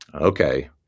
Okay